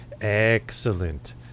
excellent